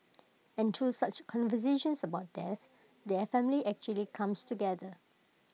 and through such conversations about death the family actually comes together